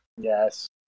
Yes